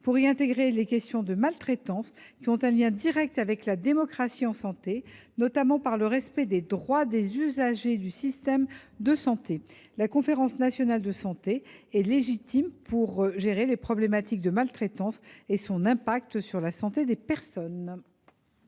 pour y intégrer les questions de maltraitance, qui ont un lien direct avec la démocratie en santé, au titre notamment du respect des droits des usagers du système de santé. La Conférence nationale de santé est en effet légitime pour gérer les problématiques relatives à la maltraitance et à ses effets sur la santé des personnes.